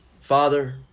Father